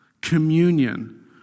Communion